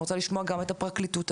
הפרקליטות,